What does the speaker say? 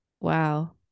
Wow